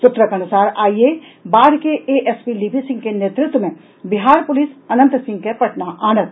सूत्रक अनुसार आईये बाढ़ के एएसपी लिपि सिंह के नेतृत्व मे बिहार पुलिस अनंत सिंह के पटना आनत